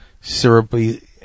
syrupy